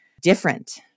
different